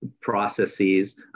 processes